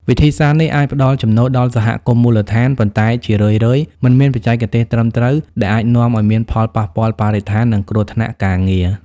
វិធីសាស្ត្រនេះអាចផ្ដល់ចំណូលដល់សហគមន៍មូលដ្ឋាន ប៉ុន្តែជារឿយៗមិនមានបច្ចេកទេសត្រឹមត្រូវ ដែលអាចនាំឲ្យមានផលប៉ះពាល់បរិស្ថាន និងគ្រោះថ្នាក់ការងារ។